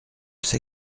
c’est